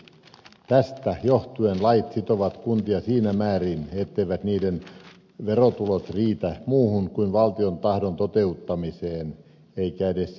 tästä johtuen lait sitovat kuntia siinä määrin etteivät niiden verotulot riitä muuhun kuin valtion tahdon toteuttamiseen eikä edes siihenkään